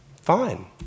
fine